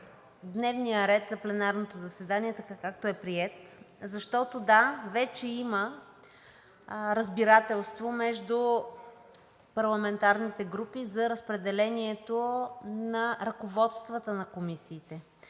дневният ред за пленарното заседание така, както е приет. Да, вече има разбирателство между парламентарните групи за разпределението на ръководствата на комисиите,